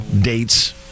dates